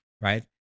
right